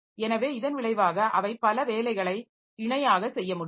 எனவே இதன் விளைவாக அவை பல வேலைகளை இணையாக செய்ய முடியும்